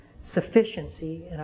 sufficiency